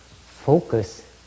focus